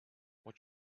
what